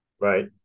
right